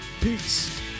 peace